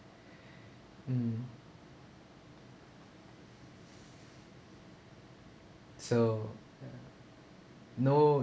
mm so ya no